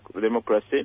democracy